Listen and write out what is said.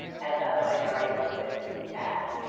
as other minority-owned businesses have?